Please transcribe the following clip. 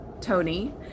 Tony